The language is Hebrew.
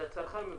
זה הצרכן מבקש.